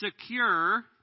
secure